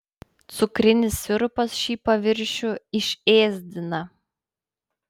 cukrinis sirupas šį paviršių išėsdina